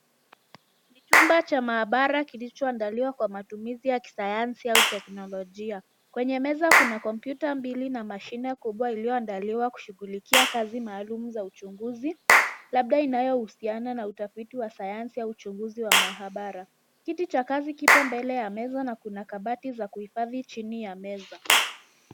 Chumba cha maabara kilicho andaliwa kwa matumizi ya kisayansi au teknolojia. Kwenye meza kuna kompyuta mbili na mashine kubwa iliyoandaliwa kushugulikia kazi maalum za uchunguzi labda inayohusiana na utafiti wa sayansi au uchunguzi wa maabara. Kiti cha kazi kipo mbele ya meza na kuna kabati za kuhifadhi chini ya meza.